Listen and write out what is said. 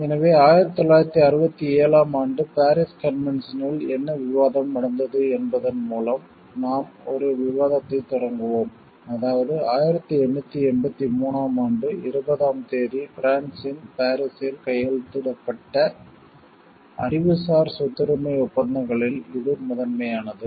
எனவே 1967 ஆம் ஆண்டு பாரிஸ் கன்வென்ஷனில் என்ன விவாதம் நடந்தது என்பதன் மூலம் நாம் ஒரு விவாதத்தைத் தொடங்குவோம் அதாவது 1883 ஆம் ஆண்டு இருபதாம் தேதி பிரான்சின் பாரிஸில் கையெழுத்திடப்பட்ட அறிவுசார் சொத்துரிமை ஒப்பந்தங்களில் இது முதன்மையானது